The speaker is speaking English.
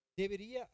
Debería